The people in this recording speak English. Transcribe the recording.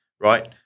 right